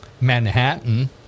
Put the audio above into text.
Manhattan